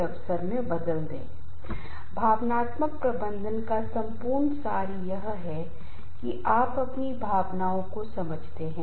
उदाहरण के लिए rail engine pilot loco pilot Loco Pilot का उदाहरण लें वह हस्ताक्षर साइन इन Sign in करने के बाद लोको केबिन में प्रवेश करता है और एक दिन में वह अपनी पारी शुरू करता है पहली पाली सुबह 6 बजे